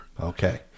okay